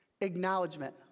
acknowledgement